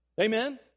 Amen